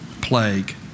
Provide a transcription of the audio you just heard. plague